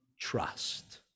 trust